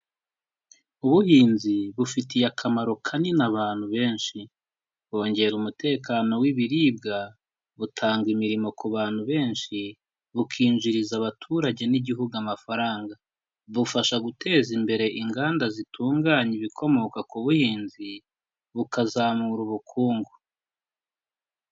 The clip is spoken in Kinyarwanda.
Ubuhinzi bufitiye akamaro kanini abantu benshi, bwongera umutekano w'ibiribwa, butanga imirimo ku bantu benshi, bukinjiriza abaturage n'igihugu amafaranga, bufasha guteza imbere inganda zitunganya ibikomoka ku buhinzi, bukazamura ubukungu.